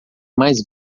mais